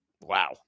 Wow